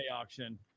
auction